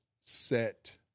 set